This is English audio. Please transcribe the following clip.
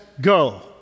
go